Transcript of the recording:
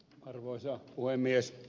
arvoisa puhemies